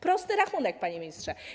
Prosty rachunek, panie ministrze.